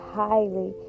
highly